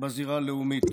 בזירה הבין-לאומית.